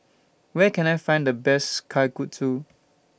Where Can I Find The Best Kalguksu